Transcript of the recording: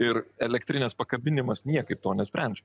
ir elektrinės pakabinimas niekaip to nesprendžia